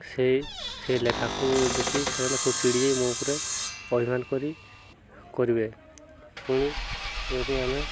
ସେଇ ସେ ଲେଖାକୁ ଦେଖି ସେମାନେ ଖୁବ ଚିଡ଼ି ଯାଇ ମୋ ଉପରେ ଅଭିମାନ କରି କରିବେ ପୁଣି ଯଦି ଆମେ